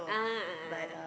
a'ah a'ah a'ah